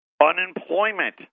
Unemployment